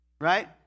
right